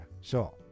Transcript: sure